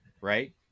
Right